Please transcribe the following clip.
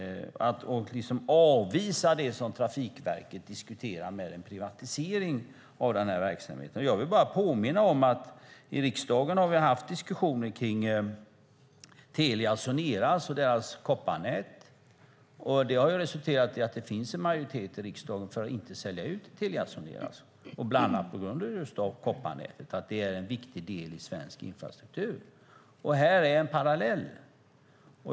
Jag tycker att vi ska avvisa det som Trafikverket diskuterar om en privatisering av den här verksamheten. Jag vill påminna om att vi i riksdagen har haft diskussioner om Telia Sonera och deras kopparnät. Det har resulterat i att det finns en majoritet i riksdagen för att inte sälja ut Telia Sonera, bland annat på grund av just kopparnätet. Det är en viktig del av svensk infrastruktur. Det här är en parallell.